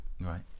Right